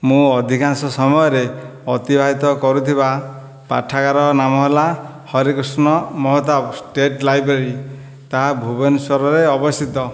ମୁଁ ଅଧିକାଂଶ ସମୟରେ ଅତିବାହିତ କରୁଥିବା ପାଠାଗାର ନାମ ହେଲା ହରେକୃଷ୍ଣ ମହତାବ ଷ୍ଟେଟ୍ ଲାଇବ୍ରେରୀ ତାହା ଭୁବନେଶ୍ୱରରେ ଅବସ୍ଥିତ